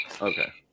Okay